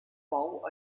bau